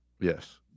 Yes